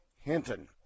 Hinton